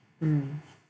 mm